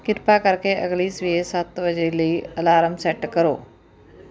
ਕਿਰਪਾ ਕਰਕੇ ਅਗਲੀ ਸਵੇਰ ਸੱਤ ਵਜੇ ਲਈ ਅਲਾਰਮ ਸੈੱਟ ਕਰੋ